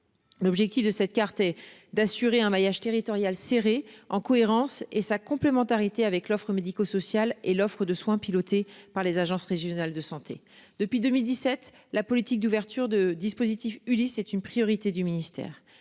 L'objectif de cette carte et d'assurer un maillage territorial serré en cohérence et sa complémentarité avec l'offre médico-social et l'offre de soins pilotée par les agences régionales de santé depuis 2017, la politique d'ouverture de dispositifs Ulysse est une priorité du ministère